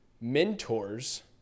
mentors